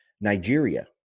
Nigeria